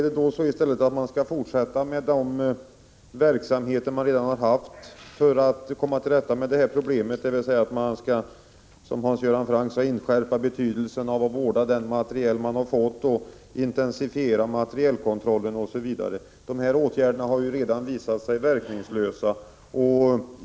De åtgärder man redan haft möjlighet att vidta för att komma till rätta med det här problemet — dvs., som Hans Göran Franck sade, att inskärpa betydelsen av att vårda den materiel man har fått, att intensifiera materielkontrollen, osv. — har redan visat sig verkningslösa.